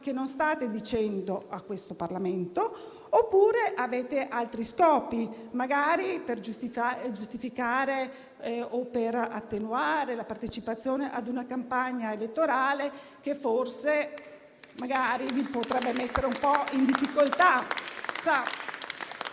non state esplicitando a questo Parlamento, oppure avete altri scopi, magari per giustificare o attenuare la partecipazione ad una campagna elettorale che forse magari vi potrebbe mettere un po' in difficoltà.